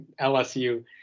LSU